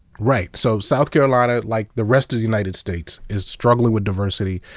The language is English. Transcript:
right. so, south carolina, like the rest of the united states, is struggling with diversity.